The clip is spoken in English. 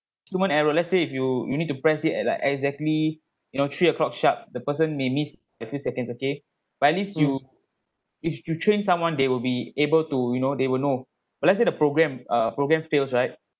human error let's say if you you need to press it at like exactly you know three o'clock sharp the person may miss a few seconds okay but at least you if you train someone they will be able to you know they will know but let say the program uh program fails right